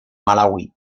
malaui